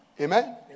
Amen